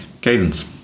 cadence